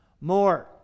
more